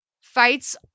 fights